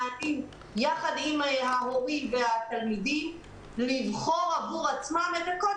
ביחד עם ההורים והתלמידים לבחור עבור עצמם את קוד